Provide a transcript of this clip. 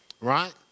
right